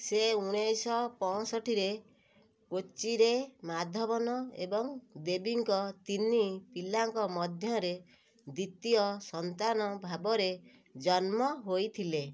ସେ ଉଣେଇଶହ ପଞ୍ଚଷଠିରେ କୋଚିରେ ମାଧବନ ଏବଂ ଦେବୀଙ୍କ ତିନି ପିଲାଙ୍କ ମଧ୍ୟରେ ଦ୍ୱିତୀୟ ସନ୍ତାନ ଭାବରେ ଜନ୍ମ ହେଇଥିଲେ